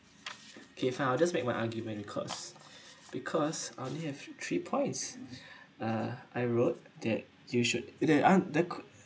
okay fine I will just make my argument because because I only have three points uh I wrote that you should there aren't there cou~